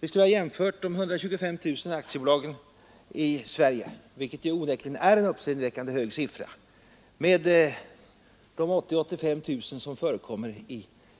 Vi skulle ha jämfört de 135 000 aktiebolagen i Sverige, vilket onekligen är en uppseende hög siffra, med de 80 000— 85 000 som förekommer